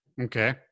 Okay